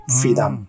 freedom